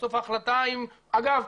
אגב,